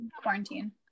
quarantine